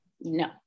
No